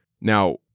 Now